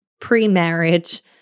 pre-marriage